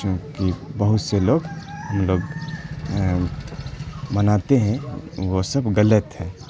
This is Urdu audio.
چونکہ بہت سے لوگ ہم لوگ مناتے ہیں وہ سب غلط ہے